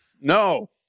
No